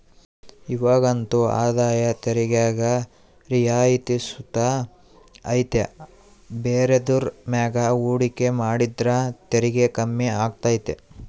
ಇವಾಗಂತೂ ಆದಾಯ ತೆರಿಗ್ಯಾಗ ರಿಯಾಯಿತಿ ಸುತ ಐತೆ ಬೇರೆದುರ್ ಮ್ಯಾಗ ಹೂಡಿಕೆ ಮಾಡಿದ್ರ ತೆರಿಗೆ ಕಮ್ಮಿ ಆಗ್ತತೆ